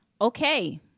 Okay